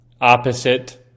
opposite